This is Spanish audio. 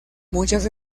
muchas